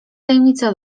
tajemnicę